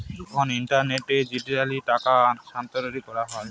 যখন ইন্টারনেটে ডিজিটালি টাকা স্থানান্তর করা হয়